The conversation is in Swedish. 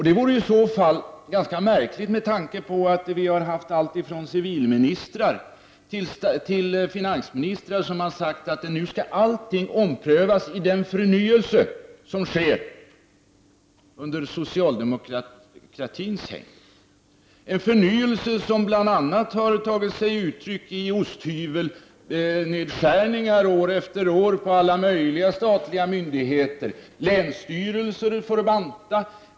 Det vore i så fall ganska märkligt med tanke på att vi har allt ifrån civilministrar till finansministrar som har sagt att nu skall allting omprövas i den förnyelse som sker under socialdemokratins hägn. Denna förnyelse har bl.a. tagit sig uttryck i osthyvelnedskärningar år efter år på många myndigheter. Länsstyrelserna får banta.